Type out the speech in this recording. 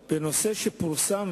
זה נושא שפורסם,